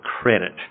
credit